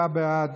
אני, 37 בעד,